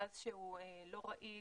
גז שהוא לא רעיל,